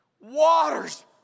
Waters